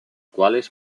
cuales